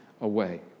away